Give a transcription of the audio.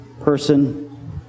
person